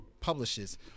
publishes